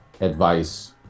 advice